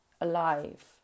alive